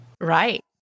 Right